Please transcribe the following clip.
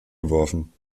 geworfen